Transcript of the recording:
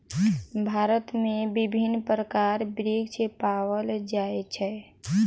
भारत में विभिन्न प्रकारक वृक्ष पाओल जाय छै